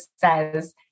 says